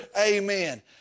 amen